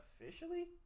officially